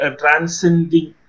transcending